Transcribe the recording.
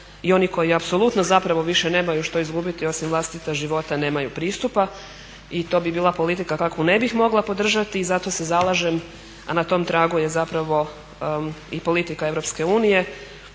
i oni koji apsolutno zapravo više nemaju što izgubiti osim vlastita života nemaju pristupa i to bi bila politika kakvu ne bih mogla podržati. I zato se zalažem, a na tom tragu je i politika EU